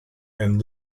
and